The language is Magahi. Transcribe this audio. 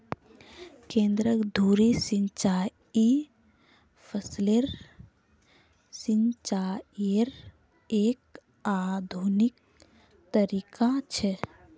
केंद्र धुरी सिंचाई फसलेर सिंचाईयेर एक आधुनिक तरीका छ